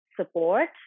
support